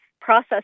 process